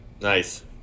Nice